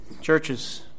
churches